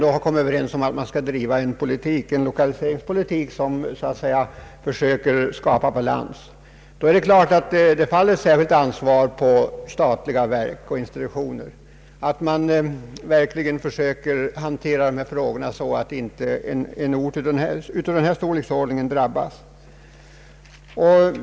Har man kommit överens om att driva en lokaliseringspolitik som försöker skapa balans, faller det ett särskilt ansvar på statliga verk och institutioner, så att en ort av denna storleksordning inte drabbas alltför hårt.